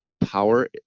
power